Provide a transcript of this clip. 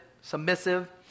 submissive